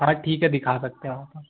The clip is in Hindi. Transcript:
हाँ ठीक है दिखा सकते हो आप